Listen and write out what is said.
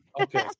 Okay